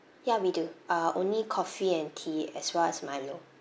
ya we do uh only coffee and tea as well as milo